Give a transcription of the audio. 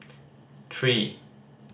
three